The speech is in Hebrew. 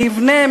מי יבנה,